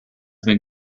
been